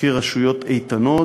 כרשויות איתנות,